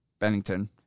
Bennington